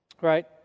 right